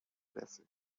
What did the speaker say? blessing